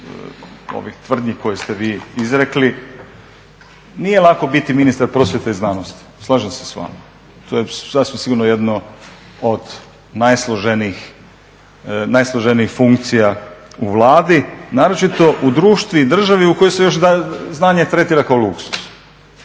ovih tvrdnji koje ste vi izrekli. Nije lako biti ministar prosvjete i znanosti, slažem se s vama, to je sasvim sigurno jedno od najsloženijih funkcija u Vladi, naročito u društvu i državi u kojoj se još znanje testira kao luksuz.